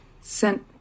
Sent